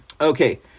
Okay